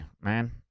man